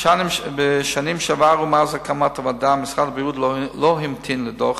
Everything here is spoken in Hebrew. בשנים שעברו מאז הקמת הוועדה משרד הבריאות לא המתין לדוח